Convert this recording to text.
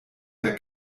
der